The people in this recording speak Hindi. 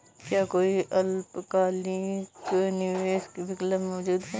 क्या कोई अल्पकालिक निवेश विकल्प मौजूद है?